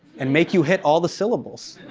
and make you hit all the syllables.